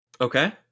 Okay